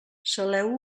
saleu